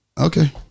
Okay